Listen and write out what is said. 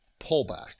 pullback